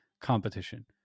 competition